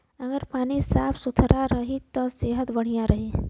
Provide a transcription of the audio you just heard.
अगर पानी साफ सुथरा रही त सेहत बढ़िया रही